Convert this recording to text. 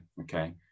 okay